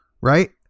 right